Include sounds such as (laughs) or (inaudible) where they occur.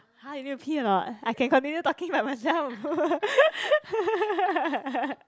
!huh! you need to pee or not I can continue talking by myself (laughs)